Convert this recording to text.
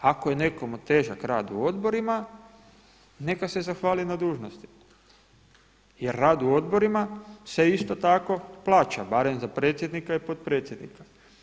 Ako je nekomu težak rad u odborima neka se zahvali na dužnosti jer rad u odborima se isto tako plaća barem za predsjednika i potpredsjednika.